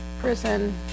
prison